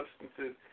substances